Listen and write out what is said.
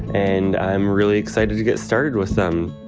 and i'm really excited to get started with them.